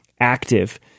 active